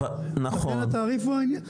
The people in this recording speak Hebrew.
נכון,